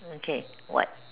okay what